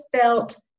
felt